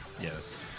Yes